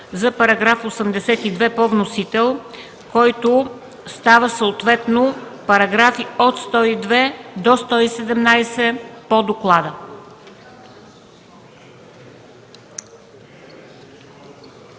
за § 82 по вносител, който става съответно параграфи от 102 до 117, по доклада.